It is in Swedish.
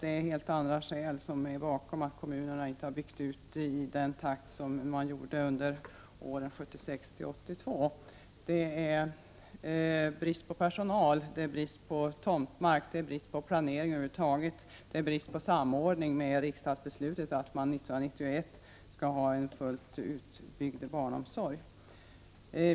Det är helt andra skäl till att kommunerna inte har byggt ut i samma takt som åren 1976-1982: Brist på personal, brist på tomtmark, brist på planering över huvud taget och brist på samordning med riksdagsbeslutet om att vi 1991 skall ha en fullt utbyggd barnomsorg.